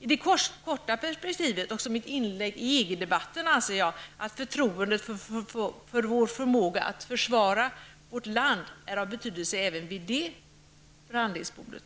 I det korta perspektivet, och som ett inlägg i EG-debatten, anser jag att förtroendet för vår förmåga att försvara vårt land är av stor betydelse även vid det förhandlingsbordet.